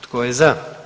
Tko je za?